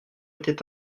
été